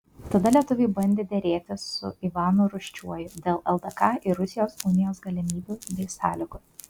tada lietuviai bandė derėtis su ivanu rūsčiuoju dėl ldk ir rusijos unijos galimybių bei sąlygų